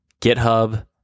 GitHub